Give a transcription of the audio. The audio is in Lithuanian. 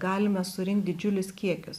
galime surinkt didžiulius kiekius